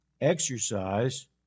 exercise